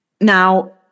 now